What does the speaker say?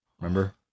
Remember